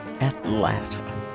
Atlanta